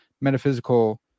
metaphysical